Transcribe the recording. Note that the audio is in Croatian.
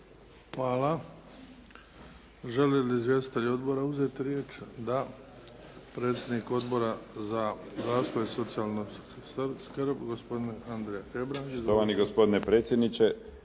Hvala. Žele li izvjestitelji odbora uzeti riječ? Da. Predsjednik Odbora za zdravstvo i socijalnu skrb, gospodin Andrija Hebrang. Izvolite.